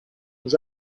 was